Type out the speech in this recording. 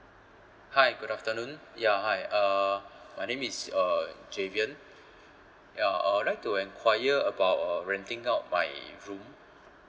hi good afternoon ya hi uh my name is uh javian ya I would like to enquire about uh renting out my room